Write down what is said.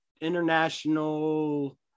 international